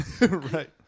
Right